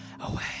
away